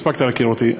הספקת להכיר אותי,